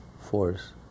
force